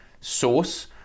source